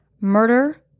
Murder